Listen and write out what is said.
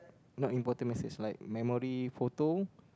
not important message like memory photo